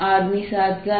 r2